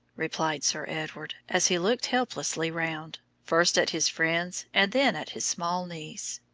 replied sir edward, as he looked helplessly round, first at his friends and then at his small niece.